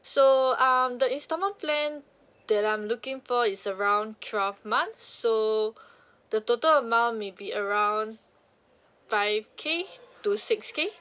so um the instalment plan that I'm looking for is around twelve months so the total amount maybe around five K to six K